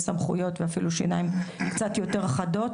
יש סמכויות ואפילו שיניים קצת יותר חדות.